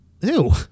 Ew